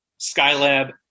Skylab